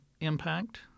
impact